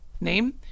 name